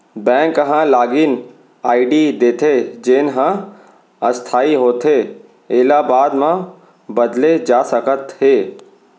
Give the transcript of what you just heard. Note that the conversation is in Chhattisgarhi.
बेंक ह लागिन आईडी देथे जेन ह अस्थाई होथे एला बाद म बदले जा सकत हे